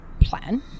plan